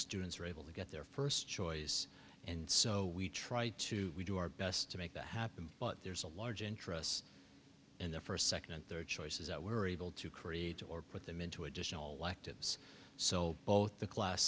students are able to get their first choice and so we try to do our best to make that happen but there's a large interest in the first second and third choices that we're able to create or put them into additional actives so both the class